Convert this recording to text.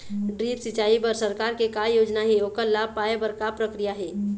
Drip सिचाई बर सरकार के का योजना हे ओकर लाभ पाय बर का प्रक्रिया हे?